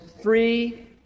three